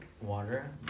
water